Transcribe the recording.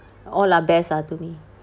all are best ah to me